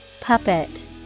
Puppet